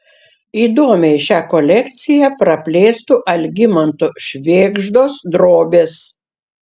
įdomiai šią kolekciją praplėstų algimanto švėgždos drobės